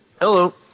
Hello